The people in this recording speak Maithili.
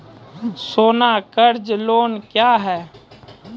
सोना कर्ज लोन क्या हैं?